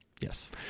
Yes